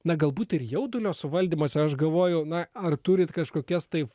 na galbūt ir jaudulio suvaldymas aš galvoju na ar turit kažkokias tai